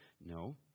No